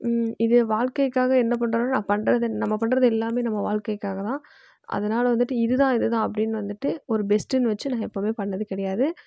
இது வாழ்க்கைக்காக என்ன பண்ணுறோன்னோ நான் பண்ணுறது நம்ம பண்ணுறது எல்லாமே நம்ம வாழ்க்கைக்காக தான் அதனால் வந்துட்டு இதுதான் இதுதான் அப்படின்னு வந்துட்டு ஒரு பெஸ்டுன்னு வச்சு நான் எப்போதுமே பண்ணது கிடையாது